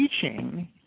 teaching